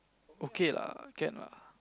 okay lah can lah